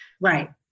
Right